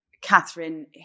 Catherine